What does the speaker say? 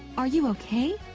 are you okay?